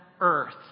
Earth